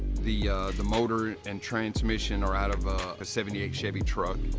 the the motor and transmission are out of a seventy eight chevy truck.